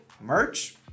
merch